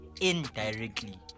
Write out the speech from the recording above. indirectly